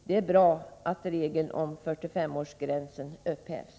Det är bra att regeln om 45-årsgränsen upphävs.